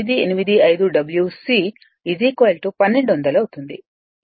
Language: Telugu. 985 W c 1200 అవుతుంది ఇది సమీకరణం 1